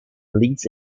leads